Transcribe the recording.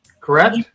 correct